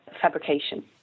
fabrication